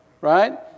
Right